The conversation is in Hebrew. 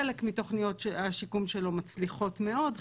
חלק מתוכניות השיקום שלו מצליחות מאוד,